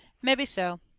mebby so.